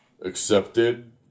accepted